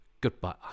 Goodbye